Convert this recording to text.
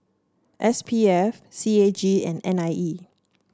S P F C A G and N I E